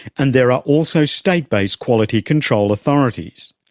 and there are also state-based quality control authorities.